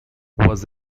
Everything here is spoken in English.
was